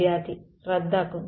വിദ്യാർത്ഥി റദ്ദാക്കുന്നു